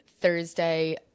Thursday